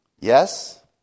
Yes